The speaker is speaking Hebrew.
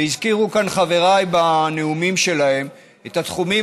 הזכירו כאן חבריי בנאומים שלהם את התחומים